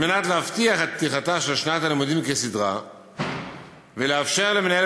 כדי להבטיח את פתיחת שנת הלימודים כסדרה ולאפשר למנהל